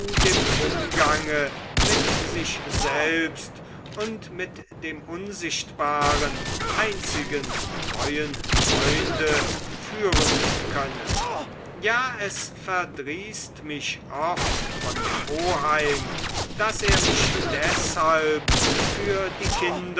dem umgange mit sich selbst und mit dem unsichtbaren einzigen treuen freunde führen könne ja es verdrießt mich oft von dem oheim daß er mich deshalb für die kinder